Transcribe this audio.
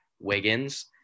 Wiggins